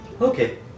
Okay